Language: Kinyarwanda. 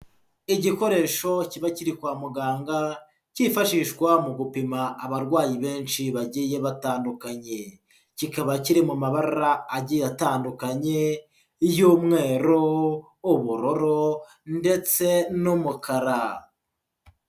Igikoresho kiba kiri kwa muganga cyifashishwa mu gupima abarwayi benshi bagiye batandukanye, kikaba kiri mu mabara agiye atandukanye iy'umweru, ubururu ndetse n'umukara.